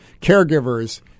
caregivers